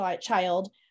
child